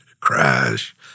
Crash